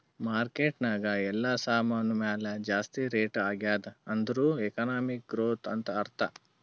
market ನಾಗ್ ಎಲ್ಲಾ ಸಾಮಾನ್ ಮ್ಯಾಲ ಜಾಸ್ತಿ ರೇಟ್ ಆಗ್ಯಾದ್ ಅಂದುರ್ ಎಕನಾಮಿಕ್ ಗ್ರೋಥ್ ಅಂತ್ ಅರ್ಥಾ